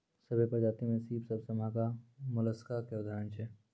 सभ्भे परजाति में सिप सबसें महगा मोलसका के उदाहरण छै